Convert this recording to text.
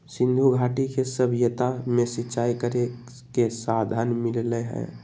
सिंधुघाटी के सभ्यता में सिंचाई करे के साधन मिललई ह